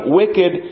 wicked